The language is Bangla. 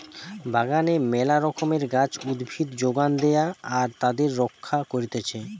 বাগানে মেলা রকমের গাছ, উদ্ভিদ যোগান দেয়া আর তাদের রক্ষা করতিছে